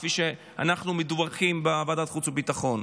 כפי שאנחנו מדווחים בוועדת חוץ וביטחון.